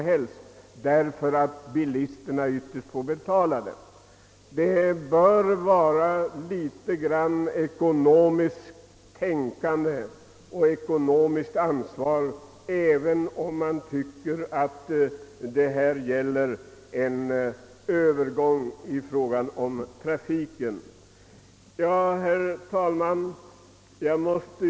Ytterst blir det bilisterna som får betala kostnaderna. Något ekonomiskt tänkande och ansvar bör man visa.